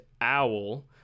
owl